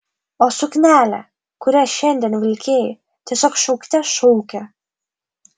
o suknelė kurią šiandien vilkėjai tiesiog šaukte šaukė